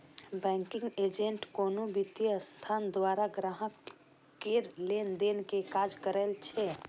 banking agent कोनो वित्तीय संस्थान द्वारा ग्राहक केर लेनदेन के काज करै छै